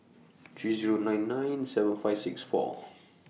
three Zero nine nine seven five six four